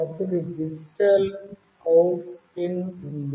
అప్పుడు digital out pin ఉంది